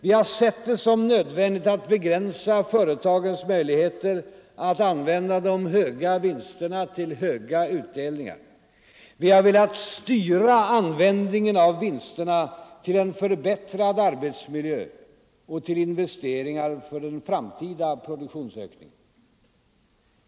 Vi har sett det som nödvändigt att begränsa företagens möjligheter att använda de höga vinsterna till höga utdelningar. Vi har velat styra användningen av vinsterna till en förbättrad arbetsmiljö och till investeringar för den framtida produktionsökningen.